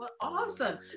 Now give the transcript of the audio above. awesome